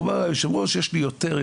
אומר המנכ"ל במספרים יש לי יותר,